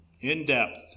in-depth